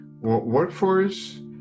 workforce